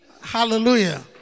Hallelujah